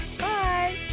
Bye